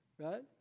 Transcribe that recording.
right